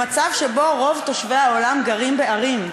למצב שבו רוב תושבי העולם גרים בערים.